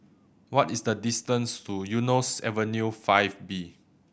what is the distance to Eunos Avenue Five B